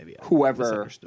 whoever